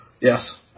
Yes